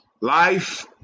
Life